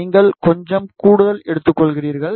நீங்கள் கொஞ்சம் கூடுதல் எடுத்துக்கொள்வீர்கள்